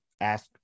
ask